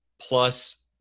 plus